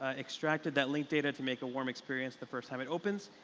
ah extracted that link data to make a warm experience the first time it opens,